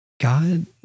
God